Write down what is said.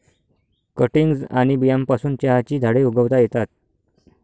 cuttings आणि बियांपासून चहाची झाडे उगवता येतात